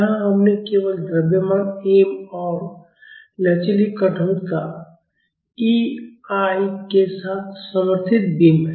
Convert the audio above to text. यहाँ हमने केवल द्रव्यमान m और लचीली कठोरता EI के साथ समर्थित बीम है